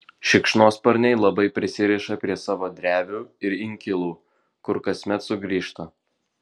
šikšnosparniai labai prisiriša prie savo drevių ir inkilų kur kasmet sugrįžta